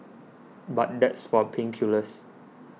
but that's for pain killers